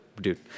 dude